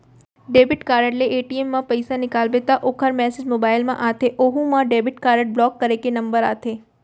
debit card ले ATM म पइसा निकालबे त ओकर मेसेज मोबाइल म आथे ओहू म डेबिट कारड ब्लाक करे के नंबर आथे